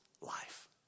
life